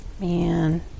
Man